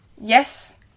yes